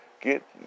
get